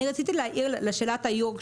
רציתי להעיר לשאלה של היו"ר,